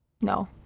No